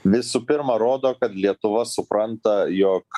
visų pirma rodo kad lietuva supranta jog